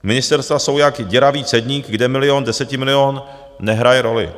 Ministerstva jsou jak děravý cedník, kde milion, desetimilion nehraje roli.